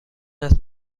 است